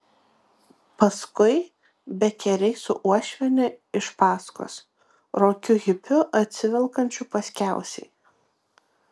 paskui bekeriai su uošviene iš paskos rokiu hipiu atsivelkančiu paskiausiai